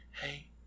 hey